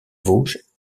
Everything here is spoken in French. vosges